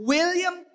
William